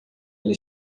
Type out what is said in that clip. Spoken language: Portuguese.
ele